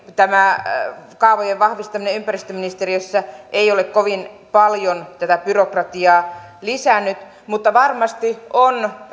tämä kaavojen vahvistaminen ympäristöministeriössä ei ole kovin paljon tätä byrokratiaa lisännyt mutta varmasti on